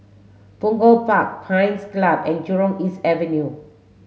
Punggol Park Pines Club and Jurong East Avenue